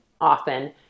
often